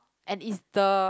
and it's the